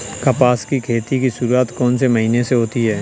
कपास की खेती की शुरुआत कौन से महीने से होती है?